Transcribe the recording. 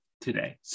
today